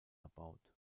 erbaut